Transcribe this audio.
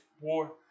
war